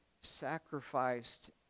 sacrificed